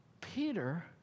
Peter